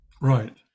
right